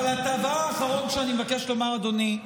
הדבר האחרון שאני מבקש לומר, אדוני,